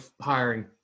hiring